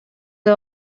деп